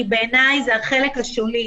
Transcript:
כי בעיניי זה החלק השולי.